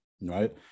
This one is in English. right